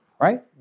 Right